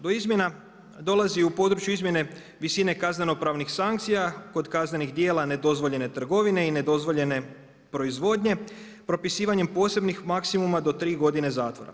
Do izmjena dolazi u području izmjene visine kazneno-pravnih sankcija kod kaznenih djela nedozvoljene trgovine i nedozvoljene proizvodnje, propisivanje posebnih maksimuma do tri godine zatvora.